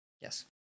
Yes